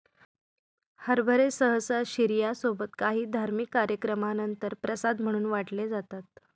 हरभरे सहसा शिर्या सोबत काही धार्मिक कार्यक्रमानंतर प्रसाद म्हणून वाटले जातात